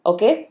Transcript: Okay